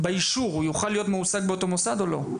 באישור הוא יוכל להיות מועסק באותו מוסד או לא?